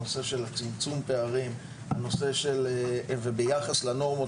הנושא של צמצום הפערים וביחס לנורמות.